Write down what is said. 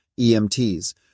EMTs